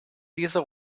dieser